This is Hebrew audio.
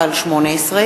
עתניאל שנלר,